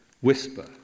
whisper